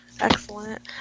Excellent